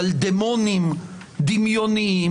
על דמונים דמיוניים,